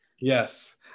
yes